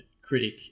critic